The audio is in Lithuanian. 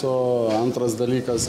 o antras dalykas